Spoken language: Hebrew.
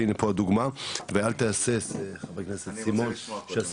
שהנה פה הדוגמא ואל תעשה חבר הכנסת סימון,